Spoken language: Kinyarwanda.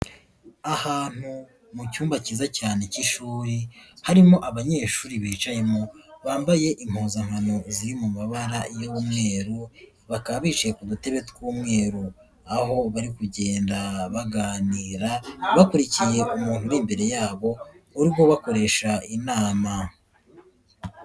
Ahantu mu cyumba cyiza cyane cy'ishuri harimo abanyeshuri bicayemo, bambaye impuzankano zi mu mabara y'umweru, bakaba bicaye ku dutebe tw'umweru, aho bari kugenda baganira, bakurikiye umuntu uri imbere yabo urimo bakoresha inama.